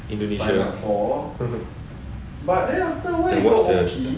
indonesia they bought after